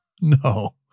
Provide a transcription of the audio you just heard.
No